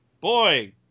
boy